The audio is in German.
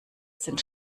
sind